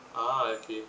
ah okay